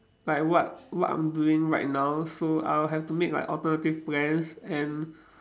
like what what I'm doing right now so I'll have to make like alternative plans and